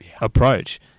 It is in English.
approach